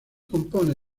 compone